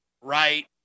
right